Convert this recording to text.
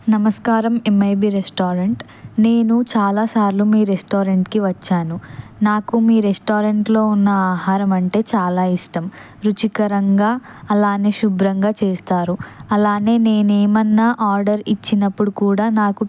నమస్కారం M I B restaurant నేను చాలా సార్లు మీ రెస్టారెంట్కి వచ్చాను నాకు మీ రెస్టారెంట్లో ఉన్న ఆహారం అంటే చాలా ఇష్టం రుచికరంగా అలానే శుభ్రంగా చేస్తారు అలానే నేనే ఏమైనా ఆర్డర్ ఇచ్చినప్పుడు కూడా నాకు